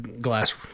glass